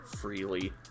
freely